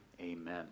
amen